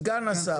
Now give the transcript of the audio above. סגן השר.